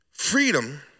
Freedom